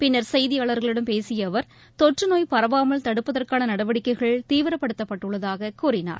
பின்னா் செய்தியாளா்களிடம் பேசிய அவா் தொற்றுநோய் பரவாமல் தடுப்பதற்கான நடவடிக்கைகள் தீவிரப்படுத்தப்பட்டுள்ளதாகக் கூறினார்